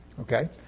Okay